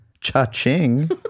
Cha-ching